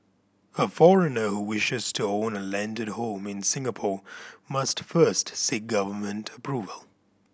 a foreigner who wishes to own a landed home in Singapore must first seek government approval